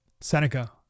Seneca